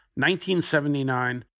1979